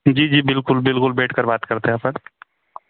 जी जी बिल्कुल बिल्कुल बैठ कर बात करते हैं अपन